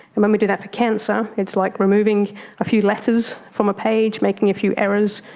and when we do that for cancer it's like removing a few letters from a page, making a few errors,